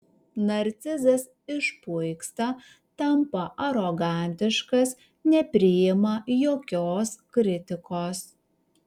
narcizas išpuiksta tampa arogantiškas nepriima jokios kritikos